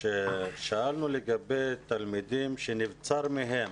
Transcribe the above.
שאלנו לגבי תלמידים שנבצר מהם